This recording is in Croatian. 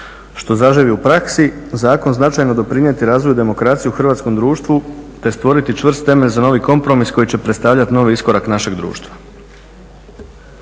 što zaživi u praksi zakon značajno doprinijeti razvoj demokracije u hrvatskom društvu, te stvoriti čvrst temelj za novi kompromis koji će predstavljati novi iskorak našeg društva.